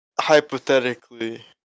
hypothetically